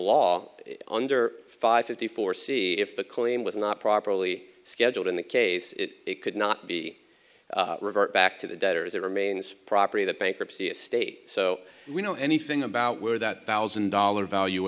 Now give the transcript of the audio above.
law under five fifty four see if the claim was not properly scheduled in that case it could not be revert back to the debtor as it remains a property that bankruptcy estate so we know anything about where that thousand dollars valu